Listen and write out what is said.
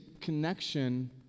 connection